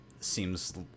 seems